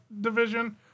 division